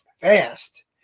fast